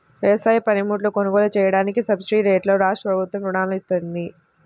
వ్యవసాయ పనిముట్లు కొనుగోలు చెయ్యడానికి సబ్సిడీరేట్లలో రాష్ట్రప్రభుత్వం రుణాలను ఇత్తంది